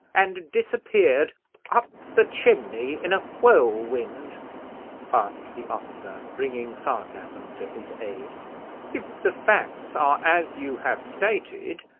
and disappeared up the chimney in a whirlwind? asked the officer, bringing sarcasm to his aid if the facts are as you have stated,